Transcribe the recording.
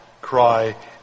cry